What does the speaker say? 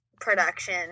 production